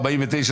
רוויזיה מס' 46,